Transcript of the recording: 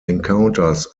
encounters